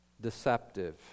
deceptive